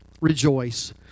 rejoice